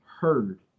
heard